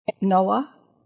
Noah